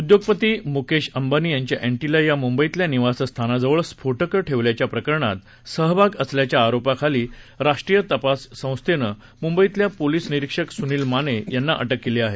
उद्योगपती मुकेश अंबानी यांच्या अँटिला या मुंबईतल्या निवासस्थानाजवळ स्फोटकं ठेवल्याच्या प्रकरणात सहभाग असल्याच्या आरोपाखाली राष्ट्रीय तपास संस्थेनं मुंबईतील पोलीस निरीक्षक सुनील माने यांना अटक केली आहे